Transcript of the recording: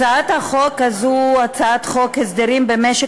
הצעת החוק הזאת היא הצעת חוק הסדרים במשק